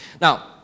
Now